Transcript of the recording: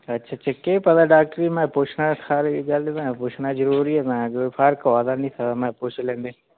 अच्छा अच्छा केह् पता डाक्टर जी में पुच्छना सारी गल्ल भैं पुच्छना जरूरी ऐ फर्क होआ दी नीं तां में पुच्छी लैंदे